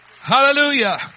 Hallelujah